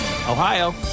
Ohio